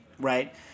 right